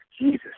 Jesus